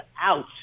out